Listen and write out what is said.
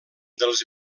dels